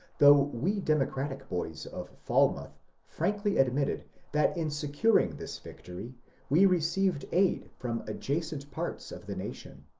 though we democratic boys of falmouth frankly admitted that in securing this victory we received aid from adjacent parts of the nation.